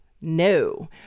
no